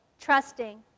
trusting